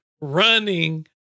running